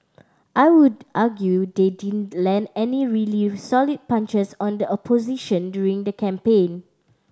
I would argue they didn't land any really solid punches on the opposition during the campaign